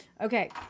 Okay